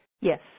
Yes